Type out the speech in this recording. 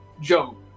Joe